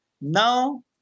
Now